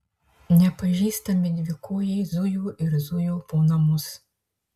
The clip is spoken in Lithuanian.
nepažįstami dvikojai zujo ir zujo po namus